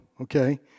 Okay